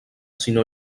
sinó